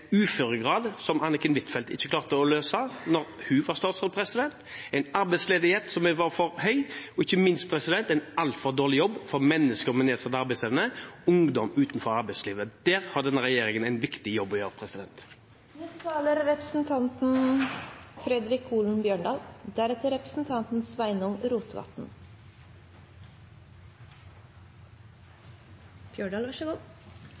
som Anniken Huitfeldt ikke klarte å løse da hun var statsråd: dette med uføregrad, en arbeidsledighet som var for høy, og ikke minst ble det gjort en altfor dårlig jobb for mennesker med nedsatt arbeidsevne og ungdom utenfor arbeidslivet. Der har denne regjeringen en viktig jobb å gjøre. I jakta på argument for å kutte i velferda er